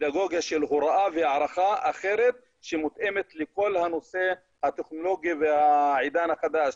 פדגוגיה של הוראה והערכה אחרת שמותאמת לכל נושא הטכנולוגיה והעידן החדש.